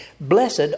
Blessed